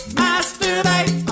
masturbate